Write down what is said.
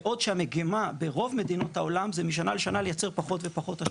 בעוד שהמגמה ברוב מדינות העולם היא משנה לשנה לייצר פחות ופחות אשפה.